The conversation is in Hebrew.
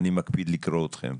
אני מקפיד לקרוא אתכם.